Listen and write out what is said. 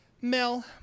Mel